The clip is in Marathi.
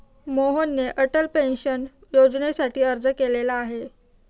मोहनने अटल पेन्शन योजनेसाठी अर्ज केलेला आहे